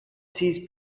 sees